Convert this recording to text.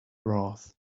wrath